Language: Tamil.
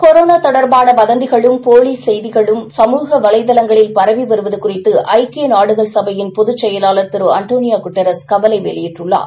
கொரோனாதொடர்பானவதந்திகளும்போலிசெய்திகளும்சமூகவ லைதளங்களில்பரவிவருவதுகுறித்துஐக்கியநாடுகள்சபையின்பொது செயலாளர்அன்டோனியோகுட்டர்ஸ்கவலைவெளியிட்டுள்ளார்